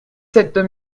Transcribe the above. sept